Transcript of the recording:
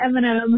Eminem